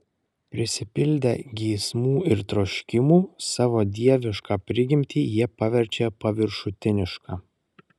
prisipildę geismų ir troškimų savo dievišką prigimtį jie paverčia paviršutiniška